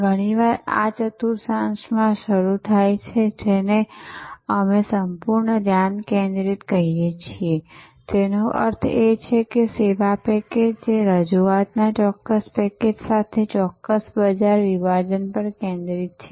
ઘણીવાર આ ચતુર્થાંશમાં શરૂ થાય છે જેને અમે સંપૂર્ણ ધ્યાન કેન્દ્રિત કહીએ છીએ તેનો અર્થ એ છે કે સેવા પેકેજ જે રજુઆતના ચોક્કસ પેકેજ સાથે ચોક્કસ બજાર વિભાજન પર કેન્દ્રિત છે